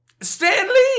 Stanley